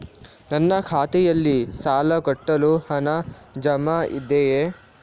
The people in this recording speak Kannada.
ನನ್ನ ಖಾತೆಯಲ್ಲಿ ಸಾಲ ಕಟ್ಟಲು ಹಣ ಜಮಾ ಇದೆಯೇ?